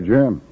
Jim